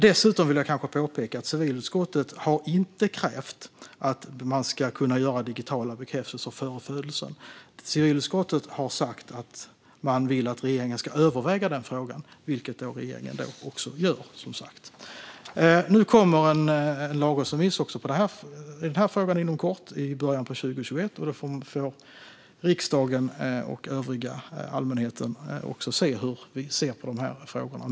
Jag vill dessutom påpeka att civilutskottet inte har krävt att digitala bekräftelser ska kunna göras före födelsen, utan utskottet har sagt att de vill att regeringen ska överväga den frågan, vilket regeringen som sagt också gör. Det kommer en lagrådsremiss i frågan inom kort, i början av 2021, och då får riksdagen och allmänheten se hur vi ser på dessa frågor.